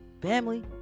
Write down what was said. family